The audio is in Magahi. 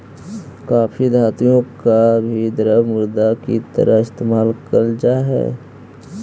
काफी धातुओं को भी द्रव्य मुद्रा की तरह इस्तेमाल करल जा हई